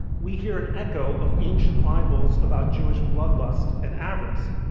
we hear an echo of ancient libels about jewish bloodlust and avarice.